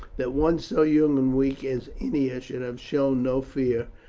that one so young and weak as ennia should have shown no fear,